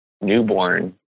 newborn